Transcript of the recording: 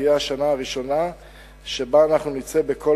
תהיה השנה הראשונה שבה אנחנו נצא בקול